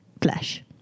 flesh